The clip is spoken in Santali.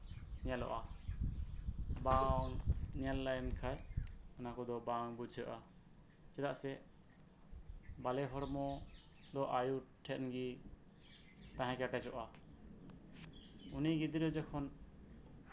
ᱧᱮᱞᱚᱜᱼᱟ ᱵᱟᱝ ᱧᱮᱞ ᱞᱮᱱᱠᱷᱟᱱ ᱚᱱᱟ ᱠᱚᱫᱚ ᱵᱟᱝ ᱵᱩᱡᱷᱟᱹᱜᱼᱟ ᱪᱮᱫᱟᱜ ᱥᱮ ᱵᱟᱞᱮ ᱦᱚᱢᱚ ᱫᱚ ᱟᱭᱩ ᱴᱷᱮᱱ ᱜᱮ ᱛᱟᱦᱮᱸ ᱠᱮᱡᱮᱡᱚᱜᱼᱟ ᱩᱱᱤ ᱜᱤᱫᱽᱨᱟᱹ ᱡᱚᱠᱷᱚᱱ